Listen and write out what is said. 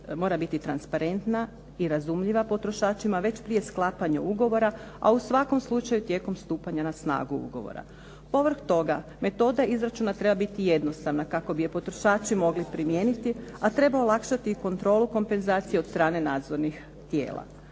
mora biti transparentna i razumljiva potrošačima već prije sklapanja ugovora, a u svakom slučaju tijekom stupanja na snagu ugovora. Povrh toga metoda izračuna treba biti jednostavna kako bi je potrošači mogli primijeniti, a treba olakšati i kontrolu kompenzacije od strane nadzornih tijela.